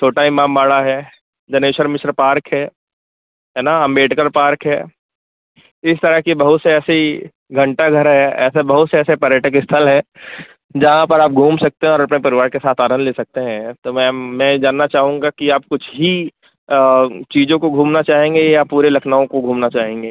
छोटा इमामबाड़ा है जनेश्वर मिश्र पार्क है है ना अम्बेडकर पार्क है इस तरह की बहुत से ऐसी घण्टाघर है ऐसे बहुत से ऐसे पर्यटक स्थल हैं जहाँ पर आप घूम सकते हैं और अपने परिवार के साथ आनंद ले सकते हैं तो मैम मैं ये जानना चाहूँगा कि आप कुछ ही चीजों को घूमना चाहेंगे या पूरे लखनऊ को घूमना चाहेंगे